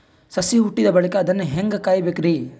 ಸಸಿ ಹುಟ್ಟಿದ ಬಳಿಕ ಅದನ್ನು ಹೇಂಗ ಕಾಯಬೇಕಿರಿ?